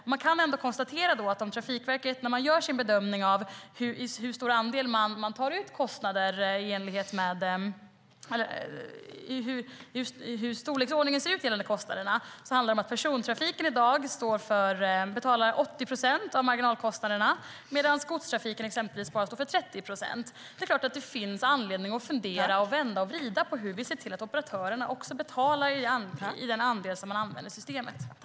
Vi kan ändå konstatera att enligt Trafikverkets bedömning av storleksordningen när det gäller kostnaderna betalar persontrafiken i dag 80 procent av marginalkostnaderna, medan godstrafiken endast står för 30 procent. Det är klart att det finns anledning att fundera, vrida och vända för att se till att operatörerna betalar motsvarande hur de använder systemet.